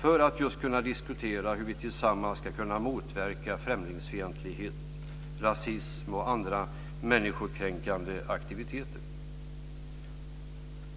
för att just kunna diskutera hur vi tillsammans ska kunna motverka främlingsfientlighet, rasism och andra människokränkande aktiviteter.